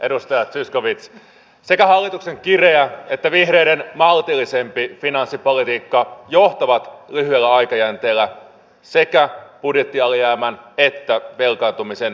edustaja zyskowicz sekä hallituksen kireä että vihreiden maltillisempi finanssipolitiikka johtavat lyhyellä aikajänteellä sekä budjettialijäämän että velkaantumisen lisääntymiseen